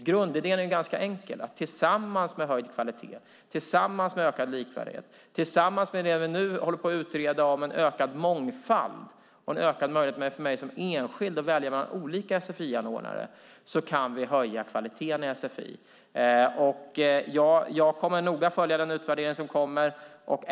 Grundidén är ganska enkel, nämligen att genom höjd kvalitet, ökad likvärdighet och det vi nu håller på att utreda, om ökad mångfald och en ökad möjlighet för den enskilde att välja mellan olika sfi-anordnare, kan vi höja kvaliteten i sfi. Jag kommer att noga följa den utvärdering som kommer.